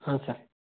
ಹಾಂ ಸರ್